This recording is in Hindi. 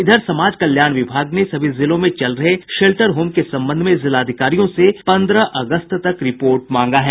इधर समाज कल्याण विभाग ने सभी जिलों में चल रहे शेल्टर होम के संबंध में जिलाधिकारियों से पन्द्रह अगस्त तक रिपोर्ट मांगा है